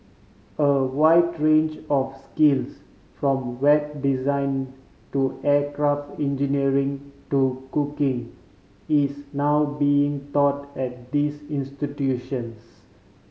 a wide range of skills from Web design to aircraft engineering to cooking is now being taught at these institutions